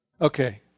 Okay